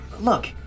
look